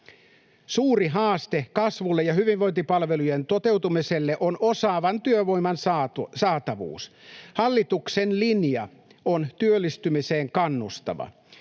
Suuri haaste kasvulle ja hyvinvointipalvelujen toteutumiselle on osaavan työvoiman saatavuus. Hallituksen linja on työllistymiseen kannustava.